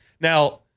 Now